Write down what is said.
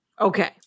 Okay